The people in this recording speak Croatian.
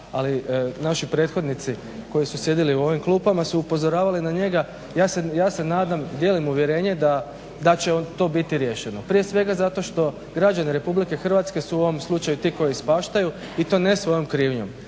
ali naši prethodnici koji su sjedili u ovim klupama su upozoravali na njega. Ja se nadam, dijelim uvjerenje da će to biti riješeno. Prije svega zato što građani RH su u ovom slučaju ti koji ispaštaju i to ne svojom krivnjom